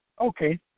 Okay